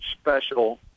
special